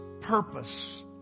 purpose